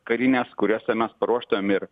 karines kuriose mes ruoštumėm ir